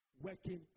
working